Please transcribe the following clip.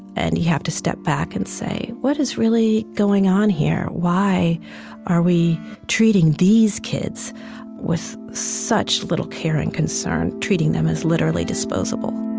and you have to step back and say, what is really going on here? why are we treating these kids with such little care and concern, treating them as literally disposable?